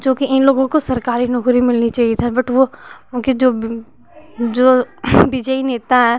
जो कि इन लोगों को सरकारी नौकरी मिलनी चहिए था बट वो उनके जो जो बिजई नेता हैं